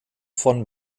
von